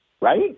right